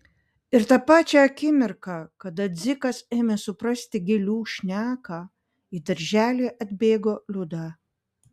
ir tą pačią akimirką kada dzikas ėmė suprasti gėlių šneką į darželį atbėgo liuda